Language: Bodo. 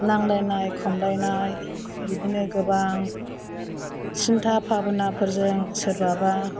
नांलायनाय खमलायनाय बिदिनो गोबां सिनथा फाबोनाफोरजों सोरबाबा